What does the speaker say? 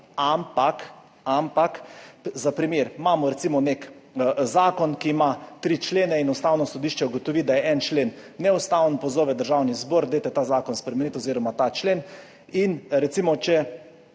ampak, za primer, imamo recimo nek zakon, ki ima tri člene in Ustavno sodišče ugotovi, da je en člen neustaven. Pozove Državni zbor, dajte ta zakon spremeniti oziroma ta člen in recimo, da